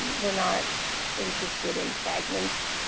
we're not interested in fragments.